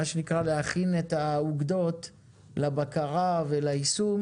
מה שנקרא להכין את האוגדות לבקרה וליישום